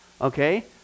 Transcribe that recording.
okay